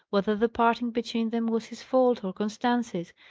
whether the parting between them was his fault or constance's,